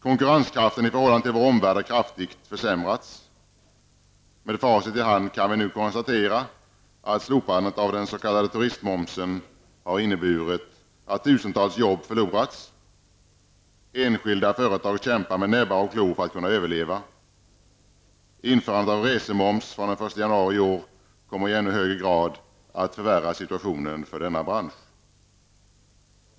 Konkurrenskraften i förhållande till vår omvärld har kraftigt försämrats. Med facit i hand kan vi nu konstatera att slopandet av den s.k. turistmomsen har inneburit att tusentals jobb förlorats. Enskilda företag kämpar med näbbar och klor för att kunna överleva. Införandet av resemoms från den 1 januari i år kommer i ännu högre grad att förvärra situationen för denna bransch.